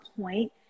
point